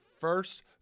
first